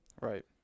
Right